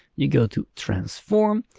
you go to transform,